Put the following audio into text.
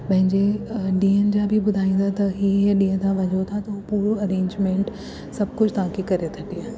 पंहिंजे ॾींहनि जा बि ॿुधाईंदा त इहा इहा ॾींहं तव्हां वञो त उहे पूरो अरेंजमेंट सभु कुझु तव्हांखे करे था ॾियनि